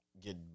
get